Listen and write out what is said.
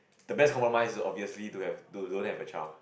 the best compromise obviously do have to don't have a child